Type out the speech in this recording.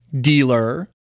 dealer